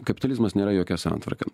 kapitalizmas nėra jokia santvarka